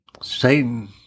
Satan